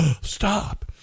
Stop